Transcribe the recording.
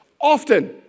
often